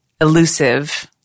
elusive